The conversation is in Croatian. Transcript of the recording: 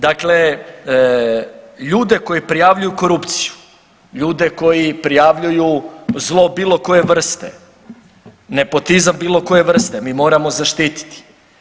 Dakle, ljude koji prijavljuju korupciju, ljudi koji prijavljuju zlo bilo koje vrste, nepotizam bilo koje vrste mi moramo zaštititi.